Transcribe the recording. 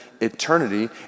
eternity